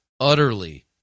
utterly